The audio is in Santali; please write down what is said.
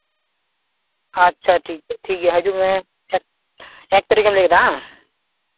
ᱟᱪᱪᱷᱟ ᱴᱷᱤᱠ ᱜᱮᱭᱟ ᱴᱷᱤᱠ ᱜᱮᱭᱟ ᱦᱟᱹᱡᱩᱜ ᱢᱮ ᱮᱠ ᱛᱟᱹᱨᱤᱠᱷ ᱮᱢ ᱞᱟᱹᱭ ᱠᱮᱫᱟ ᱦᱟᱝ